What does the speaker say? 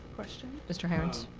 question. mr. hirons?